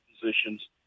positions